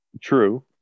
True